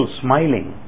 smiling